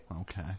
Okay